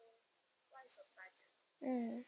mm